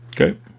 Okay